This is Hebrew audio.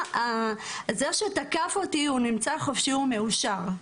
למה זה שתקף אותי הוא נמצא חופשי ומאושר?